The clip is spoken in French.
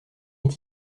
est